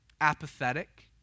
apathetic